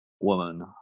woman